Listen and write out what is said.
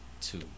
Two